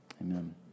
amen